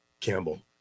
Campbell